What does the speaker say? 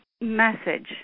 message